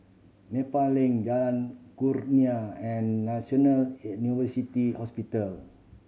Nepal Link Jalan Kurnia and National Hospital